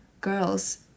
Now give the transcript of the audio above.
girls